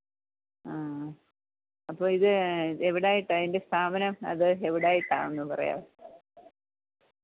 ആ അപ്പോൾ ഇത് എവിടായിട്ടാണ് ട്ടാ അതിൻ്റെ സ്ഥാപനം അത് എവിടായിട്ടാണ് ഒന്ന് പറയാവോ